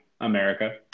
America